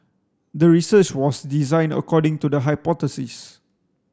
the research was designed according to the hypothesis